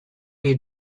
you